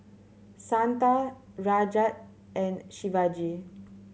Santha Rajat and Shivaji